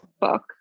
book